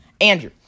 Andrew